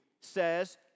says